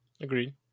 Agreed